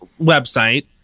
website